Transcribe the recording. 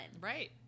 Right